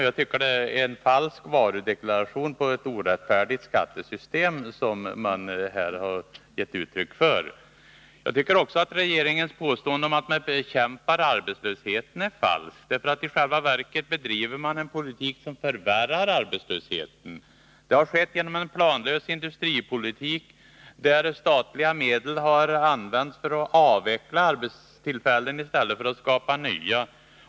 Jag tycker att det är falsk varudeklaration på ett orättfärdigt skattesystem som man här har gett uttryck för. Jag tycker också att regeringens påstående om att man bekämpar arbetslösheten är falskt. I själva verket bedriver man en politik som förvärrar arbetslösheten. Det har skett genom en planlös industripolitik, där statliga medel har använts för att avveckla arbetstillfällen i stället för att skapa nya.